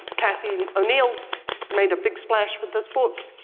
cathy and o'neil's made a big splash with this book,